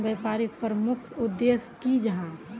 व्यापारी प्रमुख उद्देश्य की जाहा?